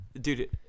Dude